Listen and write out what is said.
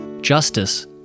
justice